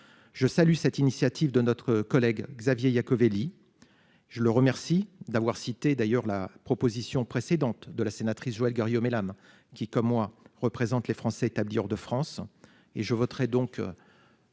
Je salue cette initiative de notre collègue Xavier il Iacovelli. Je le remercie d'avoir cité d'ailleurs la proposition précédente de la sénatrice Joëlle Garriaud-Maylam qui comme moi représente les Français établis hors de France